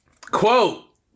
Quote